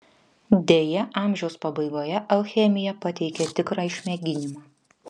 deja amžiaus pabaigoje alchemija pateikė tikrą išmėginimą